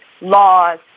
laws